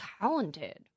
talented